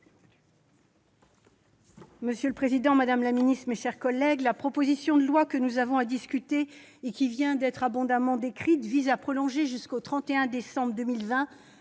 Monsieur le président, madame la secrétaire d'État, mes chers collègues, la proposition de loi dont nous avons à débattre et qui vient d'être abondamment décrite vise à prolonger jusqu'au 31 décembre 2020